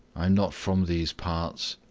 i'm not from these parts.